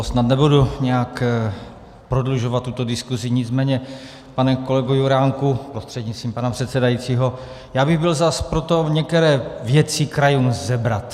Snad nebudu nějak prodlužovat tuto diskusi, nicméně pane kolego Juránku prostřednictvím pana předsedajícího, já bych byl zas pro to některé věci krajům sebrat.